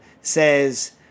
says